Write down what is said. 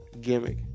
gimmick